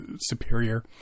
Superior